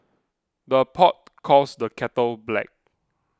the pot calls the kettle black